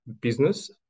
business